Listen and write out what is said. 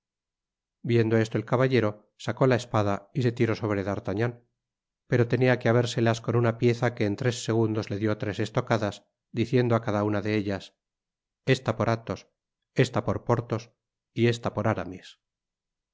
viendo esto el caballero sacó la espada y se tiró sobre d arfagnan pero tenia que habérselas con una pieza que en tres segundos le dió tres estocadas diciendo á cada una de ellas esta por athos esta por porthos y esta por aramis